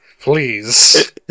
Please